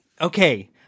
Okay